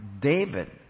David